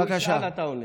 הוא ישאל, אתה עונה.